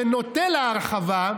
שנוטה להרחבה,